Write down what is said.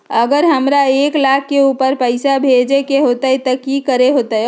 अगर हमरा एक लाख से ऊपर पैसा भेजे के होतई त की करेके होतय?